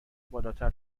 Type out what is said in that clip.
بالاتر